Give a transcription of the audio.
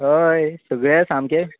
हय सगले सामके